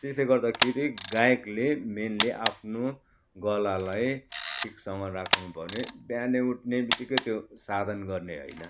त्यसले गर्दाखेरि गायकले मेनली आफ्नो गलालाई ठि कसँग राख्नुपऱ्यो बिहानै उठ्ने बित्तिकै त्यो साधन गर्ने होइन